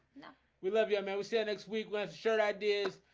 yeah we love you. i'm mc next week left shirt ideas,